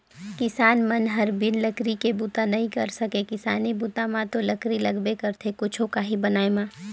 किसान मन हर बिन लकरी के बूता नइ कर सके किसानी बूता म तो लकरी लगबे करथे कुछु काही बनाय म